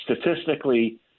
Statistically